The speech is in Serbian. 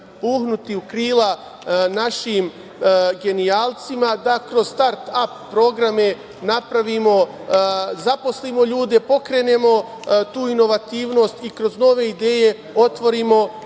puhnuti u krila našim genijalcima da kroz start-ap programe zaposlimo ljude, pokrenemo tu inovativnost i kroz nove ideje otvorimo